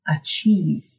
achieve